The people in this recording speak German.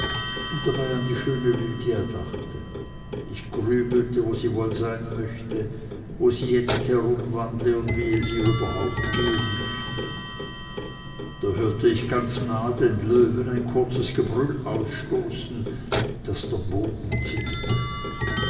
und dabei an die schöne lydia dachte ich grübelte wo sie wohl sein möchte wo sie jetzt herumwandle und wie es ihr überhaupt gehen möchte da hörte ich ganz nah den löwen ein kurzes gebrüll ausstoßen daß der boden zitterte